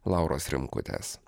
lauros rimkutės